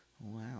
Wow